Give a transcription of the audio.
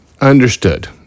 Understood